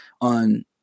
on